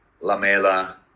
Lamela